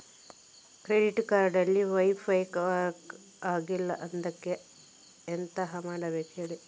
credit card ಅಲ್ಲಿ wifi work ಆಗ್ತಿಲ್ಲ ಅದ್ಕೆ ಎಂತ ಮಾಡಬೇಕು ಹೇಳಿ